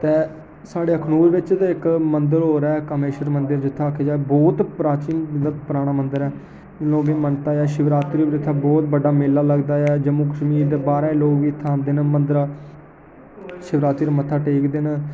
ते साढ़े अखनूर बिच इक मंदिर होर ऐ कामेश्वर मंदिर जि'त्थें आखेआ जा बहोत प्राचीन मतलब पुराना मंदिर ऐ लोकें मनता ऐ शिवरात्रि उप्पर बहोत बड्डा मेला लगदा ऐ जम्मू कश्मीर ते बाहरा दे लोक बी इ'त्थें आंदे न मंदरा शिवरात्रि उप्पर मत्था टेकदे न